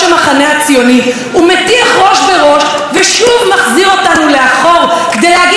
ומטיח ראש בראש ושוב מחזיר אותנו לאחור כדי להגיד לנו שאנחנו מסיתים.